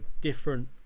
different